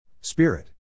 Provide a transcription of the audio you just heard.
Spirit